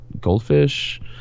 Goldfish